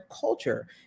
culture